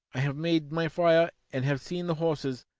i have made my fire and have seen the horses,